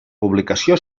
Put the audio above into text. publicació